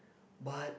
but